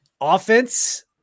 offense